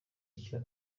icyo